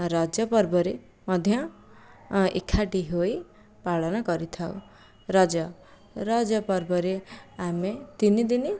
ରଜ ପର୍ବରେ ମଧ୍ୟ ଏକାଠି ହୋଇ ପାଳନ କରିଥାଉ ରଜ ରଜ ପର୍ବରେ ଆମେ ତିନି ଦିନି